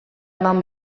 eman